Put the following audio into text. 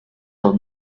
our